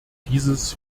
dieses